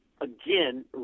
again